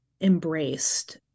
embraced